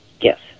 Yes